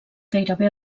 gairebé